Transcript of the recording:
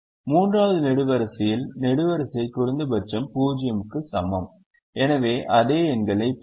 3 வது நெடுவரிசையில் நெடுவரிசை குறைந்தபட்சம் 0 க்கு சமம் எனவே அதே எண்களைப் பெறுவோம்